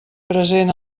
present